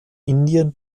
indian